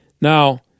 Now